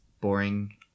boring